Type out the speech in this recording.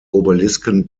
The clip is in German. obelisken